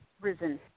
risen